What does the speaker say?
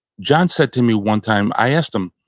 john said to me one time, i asked him,